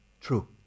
True